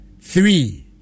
three